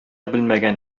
белмәгән